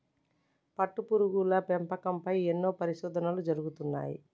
పట్టుపురుగుల పెంపకం పై ఎన్నో పరిశోధనలు జరుగుతున్నాయి